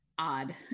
odd